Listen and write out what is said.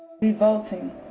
revolting